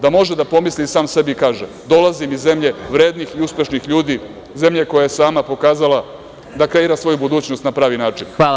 Da može da pomisli i sam sebi kaže - dolazim iz zemlje vrednih i uspešnih ljudi, zemlje koja je sama pokazala da kreira svoju budućnost na pravi način.